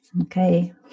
Okay